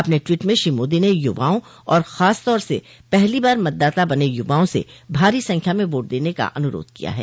अपने टवीट में श्री मोदी ने युवाओं और खासतौर से पहली बार मतदाता बने युवाओं से भारी संख्या में वोट देने का अनुरोध किया है